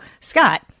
Scott